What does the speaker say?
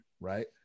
right